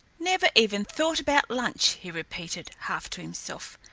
never even thought about lunch, he repeated, half to himself.